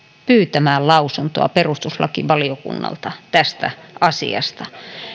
pyytämään lausuntoa perustuslakivaliokunnalta tästä asiasta